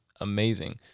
amazing